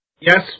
Yes